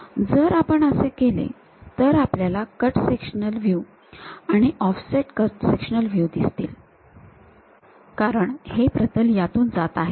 जर आपण असे केले तर आपल्याला कट सेक्शनल व्ह्यू आणि ऑफसेट कट सेक्शनल व्ह्यू दिसतील कारण हे प्रतल यातून जात आहे